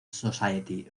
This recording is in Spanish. society